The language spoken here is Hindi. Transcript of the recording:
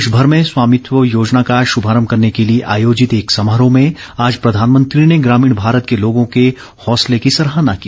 देश भर में स्वामित्व योजना का शुभारंभ करने के लिए आयोजित एक समारोह में आज प्रधानमंत्री ने ग्रामीण भारत के लोगों के हौसले की सराहना की